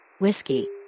Whiskey